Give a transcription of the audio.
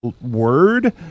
word